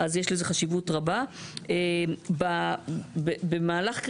וההתייחסות לתיקון החקיקה כבר מוטמע בנוסח של